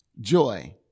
joy